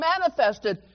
manifested